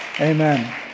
Amen